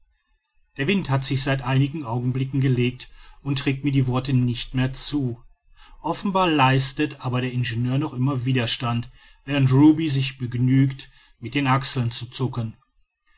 der wind hat sich seit einigen augenblicken gelegt und trägt mir die worte nicht mehr zu offenbar leistet aber der ingenieur noch immer widerstand während ruby sich begnügt mit den achseln zu zucken